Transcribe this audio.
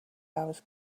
hours